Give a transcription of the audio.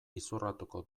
izorratuko